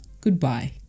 Goodbye